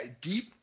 deep